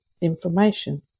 information